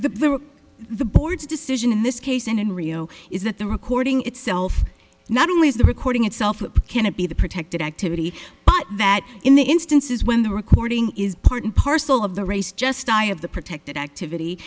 the the board's decision in this case in rio is that the recording itself not only is the recording itself it cannot be the protected activity but that in the instances when the recording is part and parcel of the race just die of the protected activity